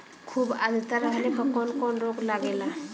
खुब आद्रता रहले पर कौन कौन रोग लागेला?